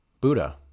Buddha